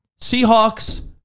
Seahawks